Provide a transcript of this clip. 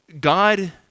God